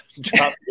drop